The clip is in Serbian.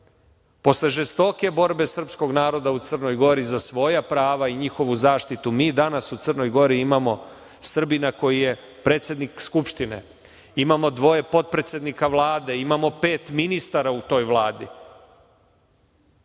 posle žestoke borbe srpskog naroda u Crnoj Gori za svoja prava i njihovu zaštitu, mi danas u Crnoj Gori imamo Srbina koji je predsednik Skupštine, imamo dvoje potpredsednika Vlade, imamo pet ministara u toj Vladi.